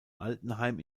altenheim